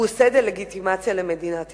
הוא עושה דה-לגיטימציה למדינת ישראל,